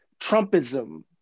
Trumpism